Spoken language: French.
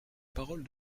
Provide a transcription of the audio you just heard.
parole